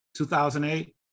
2008